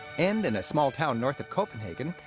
and, in a small town north of copenhagen,